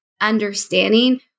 understanding